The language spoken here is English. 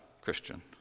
Christian